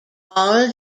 all